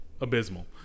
abysmal